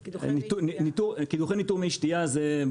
זה קידוחי מי שתייה.